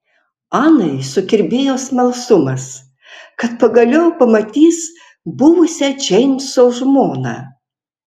anai sukirbėjo smalsumas kad pagaliau pamatys buvusią džeimso žmoną